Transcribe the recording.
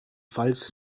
pfalz